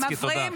תודה,